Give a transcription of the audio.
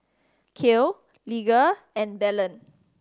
Cale Lige and Belen